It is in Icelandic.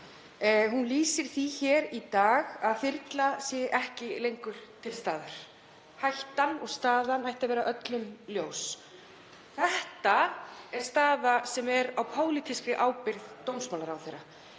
Hún lýsir því hér í dag að þyrla sé ekki lengur til taks. Hættan og staðan ætti að vera öllum ljós. Það er staða sem er á pólitíska ábyrgð dómsmálaráðherra.